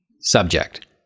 subject